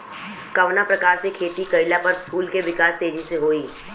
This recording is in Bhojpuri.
कवना प्रकार से खेती कइला पर फूल के विकास तेजी से होयी?